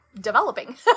developing